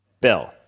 Bill